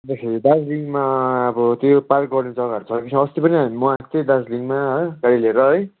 अन्तखेरि दार्जिलिङमा अब त्यो पार्क गर्ने जग्गाहरू छ कि अस्ति पनि म आएको थिएँ दार्जिलिङमा गाडी लिएर है